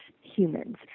humans